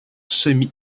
semi